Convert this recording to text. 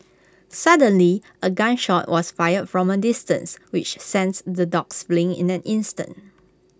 suddenly A gun shot was fired from A distance which sense the dogs fleeing in an instant